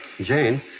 Jane